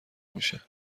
میشه